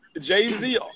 Jay-Z